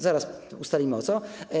Zaraz ustalimy o co.